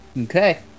Okay